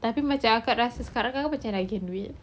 tapi macam kakak rasa sekarang kadang-kadang macam I can do it